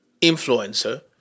influencer